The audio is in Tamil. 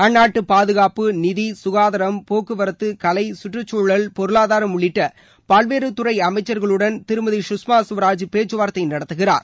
அந்நாட்டு பாதுகாப்பு நிதி ககாதாரம் போக்குவரத்து கலை கற்றுக்குழல் பொருளாதாரம் உள்ளிட்ட பல்வேறு துறை அமைச்சர்களுடன் திருமதி சுஷ்மா ஸ்வராஜ் பேச்சுவார்த்தை நடத்துகிறார்